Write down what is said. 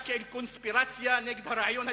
כאל קונספירציה נגד הרעיון הציוני,